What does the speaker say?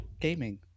gaming